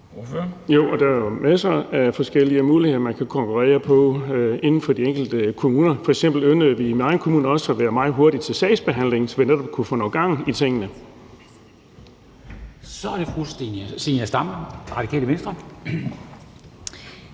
er jo masser af forskellige muligheder, man kan konkurrere på inden for de enkelte kommuner. F.eks. yndede vi i min egen kommune også at være meget hurtige til sagsbehandling, så vi netop kunne få gang i tingene. Kl. 16:56 Formanden (Henrik Dam